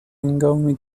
هنگامی